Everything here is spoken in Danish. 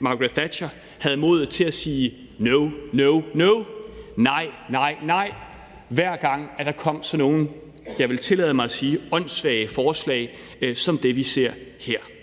Margaret Thatcher havde modet til at sige »No. No. No.«, altså »Nej. Nej. Nej.«, hver gang der kom sådan nogle – vil jeg tillade mig at sige – åndssvage forslag som det, vi ser her.